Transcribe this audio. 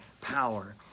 power